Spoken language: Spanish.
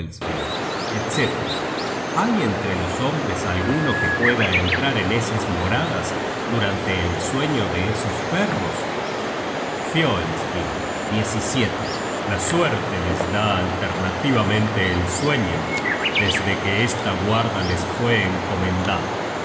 etc hay entre los hombres alguno que pueda entrar en esas moradas durante el sueño de esos perros fioelsving la suerte les da alternativamente el sueño desde que esta guarda les fue encomendada